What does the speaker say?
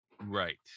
Right